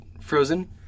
Frozen